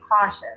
cautious